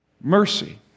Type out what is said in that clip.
mercy